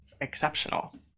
exceptional